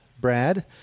Brad